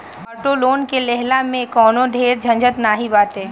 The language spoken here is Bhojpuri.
ऑटो लोन के लेहला में कवनो ढेर झंझट नाइ बाटे